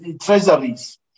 treasuries